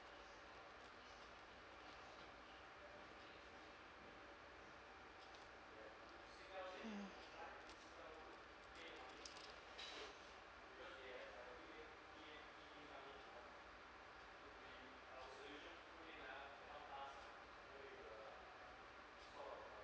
mm